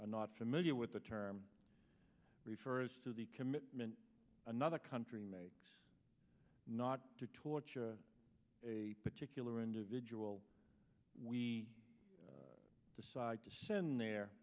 are not familiar with the term refers to the commitment another country may not to torture a particular individual we decide to send the